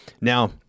Now